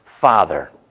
Father